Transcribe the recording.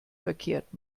verkehrt